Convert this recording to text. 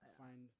find